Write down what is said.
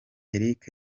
eric